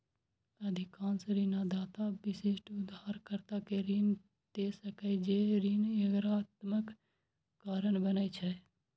अधिकांश ऋणदाता विशिष्ट उधारकर्ता कें ऋण दै छै, जे ऋण एकाग्रताक कारण बनै छै